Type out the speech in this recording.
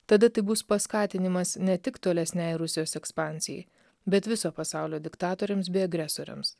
tada tai bus paskatinimas ne tik tolesnei rusijos ekspansijai bet viso pasaulio diktatoriams bei agresoriams